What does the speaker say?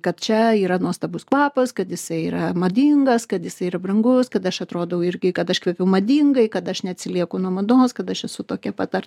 kad čia yra nuostabus kvapas kad jisai yra madingas kad jisai yra brangus kad aš atrodau irgi kad aš kvepiu madingai kad aš neatsilieku nuo mados kad aš esu tokia pat ar